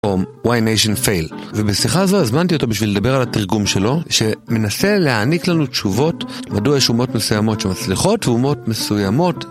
ובשיחה הזו הזמנתי אותו בשביל לדבר על התרגום שלו, שמנסה להעניק לנו תשובות מדוע יש אומות מסוימות שמצליחות ואומות מסוימות